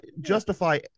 justify